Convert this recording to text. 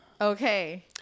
Okay